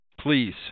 Please